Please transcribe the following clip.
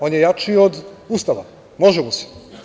On je jači od Ustava, može mu se.